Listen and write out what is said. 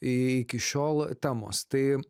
iki šiol temos tai